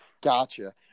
Gotcha